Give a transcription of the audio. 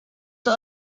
the